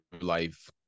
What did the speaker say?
life